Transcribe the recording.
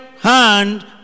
hand